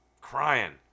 crying